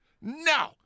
No